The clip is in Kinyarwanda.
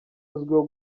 uzwiho